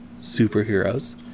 superheroes